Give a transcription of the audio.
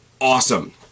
Awesome